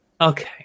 okay